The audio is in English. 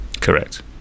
Correct